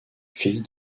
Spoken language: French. fille